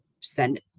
send